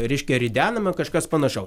reiškia ridenama kažkas panašau